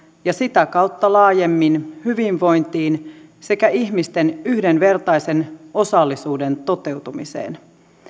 ja sitä kautta laajemmin hyvinvointiin sekä ihmisten yhdenvertaisen osallisuuden toteutumiseen